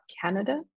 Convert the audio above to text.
Canada